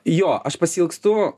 jo aš pasiilgstu